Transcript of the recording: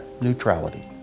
neutrality